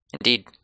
Indeed